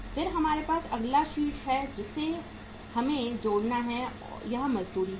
फिर हमारे पास अगला शीर्ष है जिसे हमें जोड़ना है यहां मजदूरी है